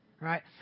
right